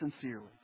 sincerely